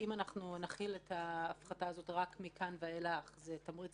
שאם נחיל את ההפחתה הזאת רק מכאן ואילך זה תמריץ